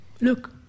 Look